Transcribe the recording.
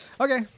Okay